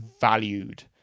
valued